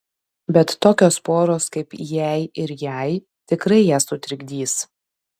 bet tokios poros kaip jei ir jai tikrai ją sutrikdys